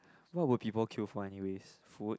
what would people queue for anyways food